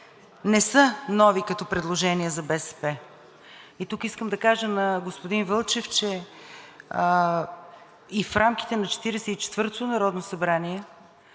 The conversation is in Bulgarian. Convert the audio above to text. не са нови като предложения на БСП. Тук искам да кажа на господин Вълчев, че и в рамките на Четиридесет и